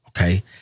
okay